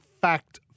Fact